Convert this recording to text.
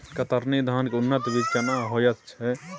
कतरनी धान के उन्नत बीज केना होयत छै?